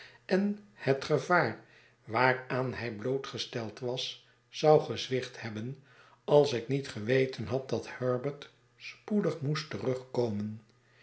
en het gevaar waaraan hij blootgesteld was zou gezwicht hebben als ik niet geweten had dat herbert spoedig moest terugkomen